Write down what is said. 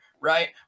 right